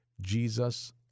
Jesus